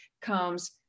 comes